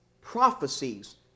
prophecies